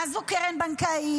מה זו קרן בנקאית,